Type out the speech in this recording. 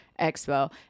expo